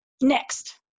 next